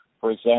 present